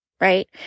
Right